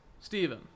Steven